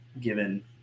given